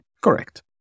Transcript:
Correct